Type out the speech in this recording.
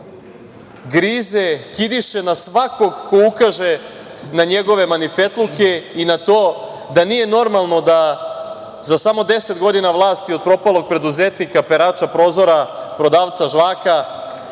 grize, kidiše na svakog ko ukaže na njegove marifetluke i na to da nije normalno da za samo 10 godina vlasti od propalog preduzetnika, perača prozora, prodavca žvaka,